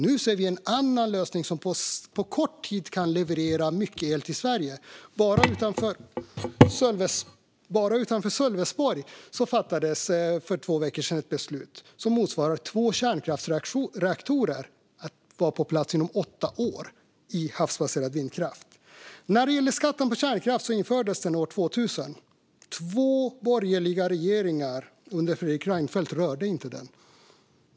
Nu ser vi en annan lösning som på kort tid kan leverera mycket el till Sverige. För två veckor sedan fattades beslut om att havsbaserad vindkraft motsvarande två kärnkraftsreaktorer ska vara på plats utanför Sölvesborg inom åtta år. Skatten på kärnkraft infördes år 2000. Två borgerliga regeringar under Fredrik Reinfeldt rörde inte den.